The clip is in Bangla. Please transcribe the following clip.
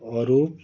অরূপ